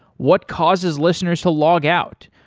what causes listeners to log out,